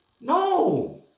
No